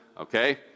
Okay